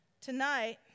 tonight